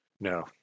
No